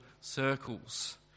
circles